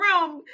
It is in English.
room